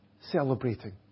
celebrating